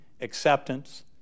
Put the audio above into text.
acceptance